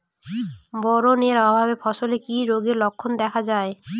Boron এর অভাবে ফসলে কি রোগের লক্ষণ দেখা যায়?